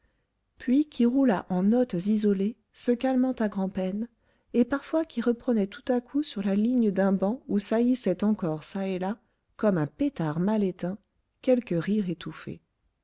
puis qui roula en notes isolées se calmant à grand-peine et parfois qui reprenait tout à coup sur la ligne d'un banc où saillissait encore çà et là comme un pétard mal éteint quelque rire étouffé